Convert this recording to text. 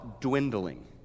dwindling